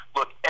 Look